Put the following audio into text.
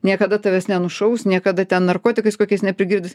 niekada tavęs nenušaus niekada ten narkotikais kokiais neprigirdis